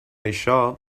això